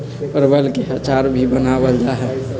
परवल के अचार भी बनावल जाहई